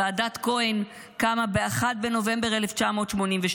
ועדת כהן קמה ב-1 בנובמבר 1982,